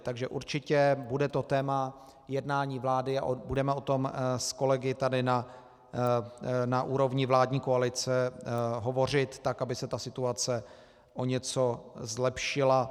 Takže určitě bude to téma jednání vlády a budeme o tom s kolegy tady na úrovni vládní koalice hovořit tak, aby se ta situace o něco zlepšila.